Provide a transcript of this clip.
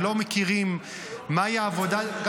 ולא יודעים מהי העבודה -- ראש הקואליציה.